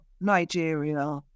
Nigeria